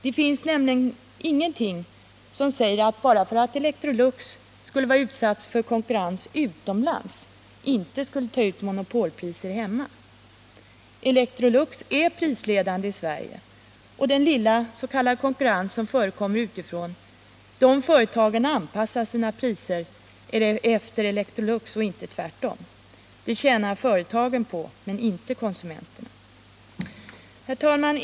Det finns nämligen ingenting som säger att bara för att Electrolux skulle vara utsatt för konkurrens utomlands tar företaget inte ut monopolpriser hemma. Electrolux är prisledande i Sverige, och de få företag utifrån som ”konkurrerar” anpassar sina priser efter Electrolux — inte tvärtom. Det tjänar företagen på men inte konsumenterna.